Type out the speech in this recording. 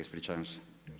Ispričavam se.